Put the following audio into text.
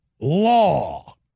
law